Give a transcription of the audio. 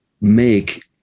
make